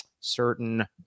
certain